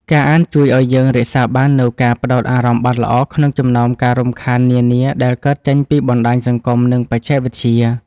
ការអានជួយឱ្យយើងរក្សាបាននូវការផ្ដោតអារម្មណ៍បានល្អ ក្នុងចំណោមការរំខាននានាដែលកើតចេញពីបណ្ដាញសង្គម និងបច្ចេកវិទ្យា។